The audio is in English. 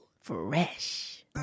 Fresh